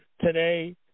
today